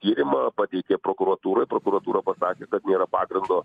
tyrimą pateikė prokuratūrai prokuratūra pasakė kad nėra pagrindo